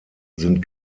sind